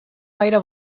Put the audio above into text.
gaire